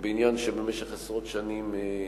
בעניין שלא התקדם במשך עשרות שנים.